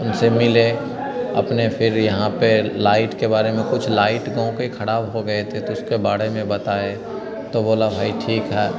उनसे मिले अपने फिर यहाँ पर लाइट के बारे में कुछ लाइट गाँव की ख़राब हो गए थी तो उसके बारे में बताए तो बोला भाई ठीक है